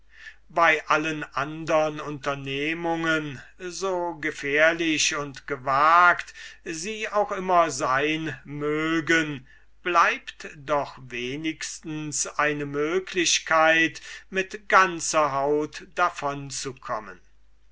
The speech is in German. bei allen andern unternehmungen so gefährlich und gewagt sie auch immer sein mögen bleibt doch wenigstens eine möglichkeit mit ganzer haut